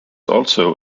also